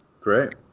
Great